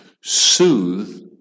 soothe